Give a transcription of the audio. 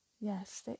yes